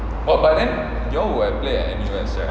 but by then they all would have played at N_U_S right